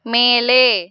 மேலே